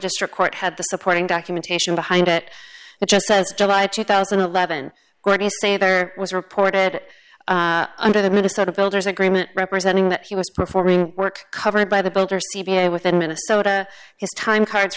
district court had the supporting documentation behind it it just says july two thousand and eleven say there was reported under the minnesota builders agreement representing that he was performing work covered by the builder c p a within minutes his time cards